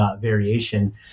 variation